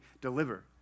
deliver